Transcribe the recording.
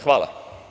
Hvala.